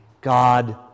God